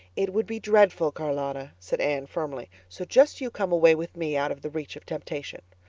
it would be dreadful, charlotta, said anne firmly, so just you come away with me out of the reach of temptation.